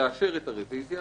לאשר את הרביזיה,